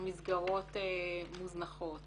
שהמסגרות מוזנחות